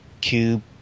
Cube